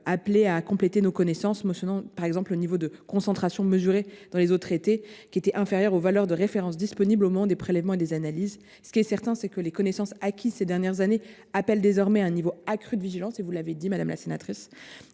afin de compléter nos connaissances. Nous avons ainsi appris, par exemple, que le niveau de concentration mesuré dans les eaux traitées était inférieur aux valeurs de référence disponibles au moment des prélèvements et des analyses. Ce qui est certain, c’est que les connaissances acquises ces dernières années appellent désormais un niveau accru de vigilance et d’action. C’est notamment